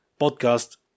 podcast